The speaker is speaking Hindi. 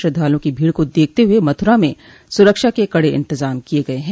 श्रद्धालुओं की भीड़ को देखते हुए मथुरा में सुरक्षा े कड़े इन्तजाम किये गये हैं